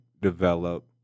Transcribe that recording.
develop